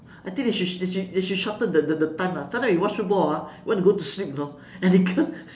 I think they should they should they should shorten the the the time lah sometime you watch football ah want to go to sleep you know and you can't